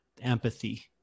empathy